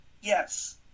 Yes